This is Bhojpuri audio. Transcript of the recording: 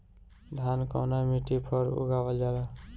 धान कवना मिट्टी पर उगावल जाला?